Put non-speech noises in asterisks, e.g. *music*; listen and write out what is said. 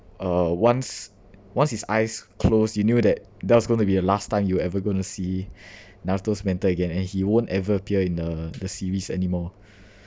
uh once once his eyes closed you knew that that was going to be the last time you ever going to see *breath* naruto's mentor again and he won't ever appear in the the series anymore *breath*